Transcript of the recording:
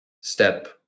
step